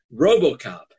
Robocop